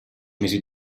mesi